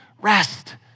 rest